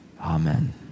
Amen